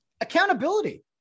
accountability